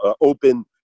open